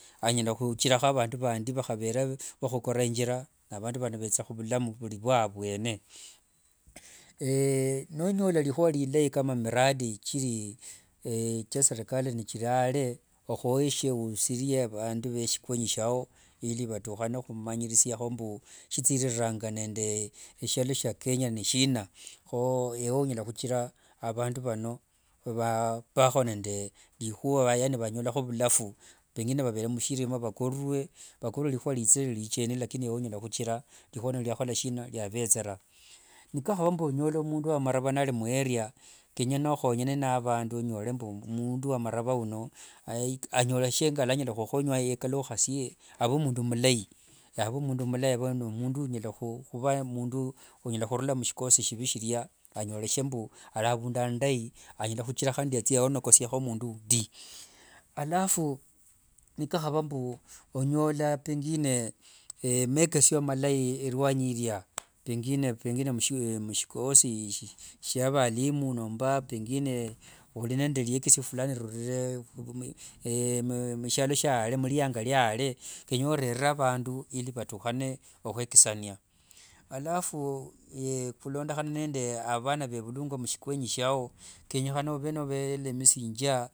Anyala huchilaho abandu bandi bahabere ba hukola injira na abandu bano betsa hubulamu buli bwa abwene. Nonyola lihua lilai kama miradi kili kya serikali ne kili ale ohoyeshe oushilie abandu be shikwonyi syao ili baduhane humanyilishiaho mbu shitsililanga nende eshialo shya kenya ne shina ho ewe onyala hukila abandu bano babaho nende lihua yani banyolaho bulafu pengine babele mushilima bakololwe lihua litsile likeni lakini ewe onyala hukila lihua lyabetsela. Nikaba mbu onyola mundu wamalaba nari mueria kenyana ohonyane na abandu onyole mbu mundu wa malaba uno anyoleshe ngalwa anyala huhonywa yekaluhasie abe omundu mulai. Mundu unyala huba mundu unyala hulula mushikosi sibi shilia anyoleshe mbu ali abundu andai, anyala huchira handi atsie onokosieho omundu undi. Alafu nikaba mbu onyola pengine mekesie malai elwanyi elya, pengine mushikosi shia balimu nomba pengine oli nende lyekesio fulani lilulile mshialo shya ale, mulianga lya ale kenya olelele abandu ili batuhane ohwekesaniya. Alafu hulondohana nende abana bebulwangwa mushikwenyu shyao kenyehana obe nobelimishingia.